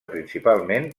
principalment